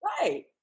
Right